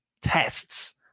tests